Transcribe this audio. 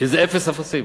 שזה אפס אפסים.